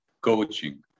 coaching